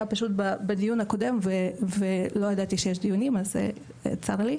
פשוט בדיון הקודם ולא ידעתי שיש דיונים אז צר לי,